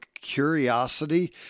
curiosity